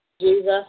Jesus